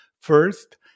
first